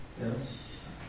yes